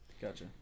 Gotcha